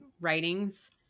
writings